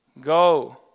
Go